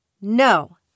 No